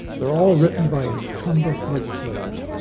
they're all written by incumbent legislators.